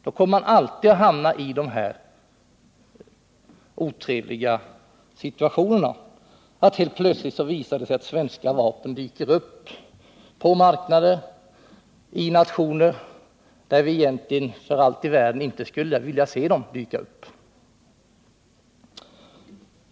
Då kommer man alltid att hamna i denna otrevliga situation — att helt plötsligt svenska vapen dyker upp på marknader och hos nationer där vi egentligen för allt i världen inte skulle vilja se dem dyka upp.